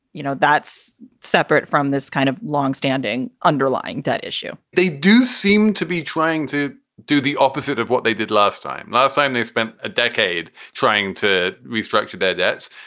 you know, that's separate from this kind of longstanding underlying debt issue they do seem to be trying to do the opposite of what they did last time. last time they spent a decade trying to restructure their debts.